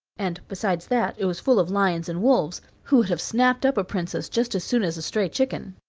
and, besides that, it was full of lions and wolves, who would have snapped up a princess just as soon as a stray chicken.